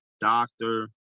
doctor